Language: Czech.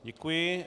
Děkuji.